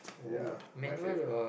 ya my favorite